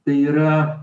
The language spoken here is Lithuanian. tai yra